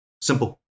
Simple